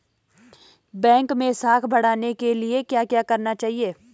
Bank मैं साख बढ़ाने के लिए क्या क्या करना चाहिए?